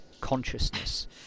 consciousness